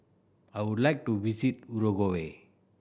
I would like to visit Uruguay